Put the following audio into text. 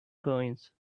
coins